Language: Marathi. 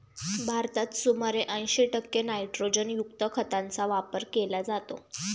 भारतात सुमारे ऐंशी टक्के नायट्रोजनयुक्त खतांचा वापर केला जातो